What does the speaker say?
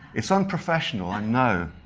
it's unprofessional, i know,